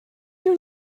you